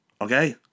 Okay